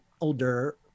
older